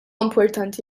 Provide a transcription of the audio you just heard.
importanti